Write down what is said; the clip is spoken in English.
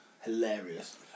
hilarious